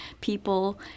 people